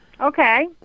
Okay